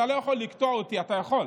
אתה לא יכול לקטוע אותי, אתה יכול.